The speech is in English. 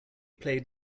played